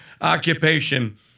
occupation